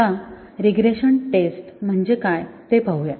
आता regression test म्हणजे काय ते बघूया